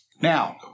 Now